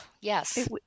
yes